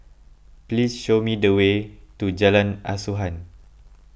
please show me the way to Jalan Asuhan